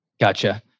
Gotcha